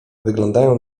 wyglądają